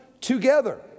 together